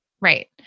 Right